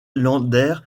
länder